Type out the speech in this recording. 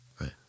Right